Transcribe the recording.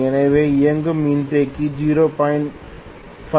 எனவே இயங்கும் மின்தேக்கி 0